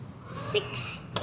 Six